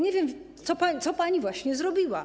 Nie wiem, co pani właśnie zrobiła.